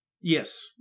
Yes